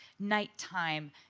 nighttime,